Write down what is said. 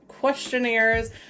questionnaires